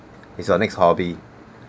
is your next hobby